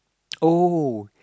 oh